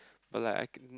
but like I can